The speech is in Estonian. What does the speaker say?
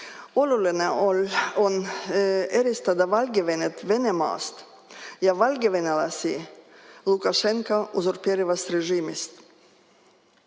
Oluline on eristada Valgevenet Venemaast ja valgevenelasi Lukašenka usurpeerivast režiimist. Täna